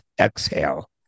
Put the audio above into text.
Exhale